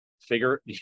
figure